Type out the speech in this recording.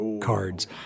cards